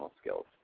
skills